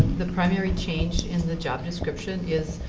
the primary change in the job description is